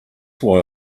why